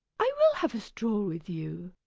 i will have a stroll with you.